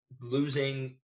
losing